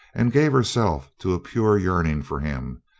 and gave herself to a pure yearn ing for him,